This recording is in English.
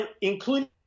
including